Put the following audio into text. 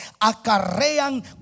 acarrean